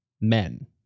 men